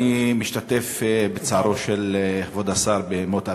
אני משתתף בצערו של כבוד השר במות אביו.